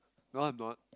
no no